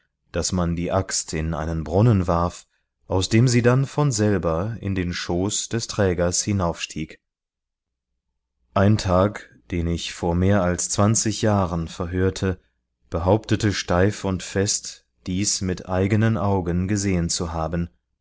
daß man die axt in einen brunnen warf aus dem sie dann von selber in den schoß des trägers hinaufstieg ein thag den ich vor mehr als zwanzig jahren verhörte behauptete steif und fest dies mit eigenen augen gesehen zu haben